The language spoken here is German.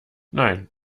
nein